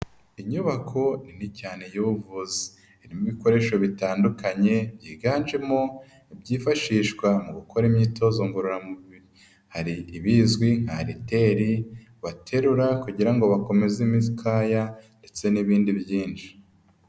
Inyubako nini cyane y'ubuvuzi irimo ibikoresho bitandukanye byiganjemo ibyifashishwa mu gukora imyitozo ngororamubiri, hari ibizwi nka riteri baterura kugira ngo bakomeze imikaya ndetse n'ibindi byinshi.